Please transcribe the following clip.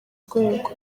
rwego